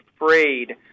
afraid